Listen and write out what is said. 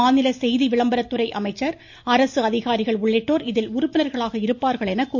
மாநில செய்தி விளம்பரத்துறை அமைச்சர் அரசு அதிகாரிகள் உள்ளிட்டோர் இதில் உறுப்பினர்களாக இருப்பார்கள் என கூறப்பட்டுள்ளது